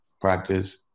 practice